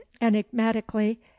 enigmatically